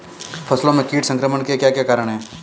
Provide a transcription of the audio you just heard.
फसलों में कीट संक्रमण के क्या क्या कारण है?